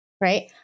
Right